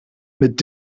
mit